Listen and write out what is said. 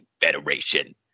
federation